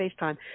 Facetime